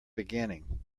beginning